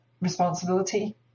responsibility